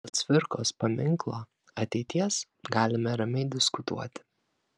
dėl cvirkos paminklo ateities galime ramiai diskutuoti